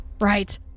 right